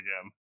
again